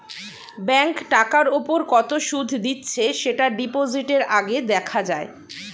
bank টাকার উপর কত সুদ দিচ্ছে সেটা ডিপোজিটের আগে দেখা যায়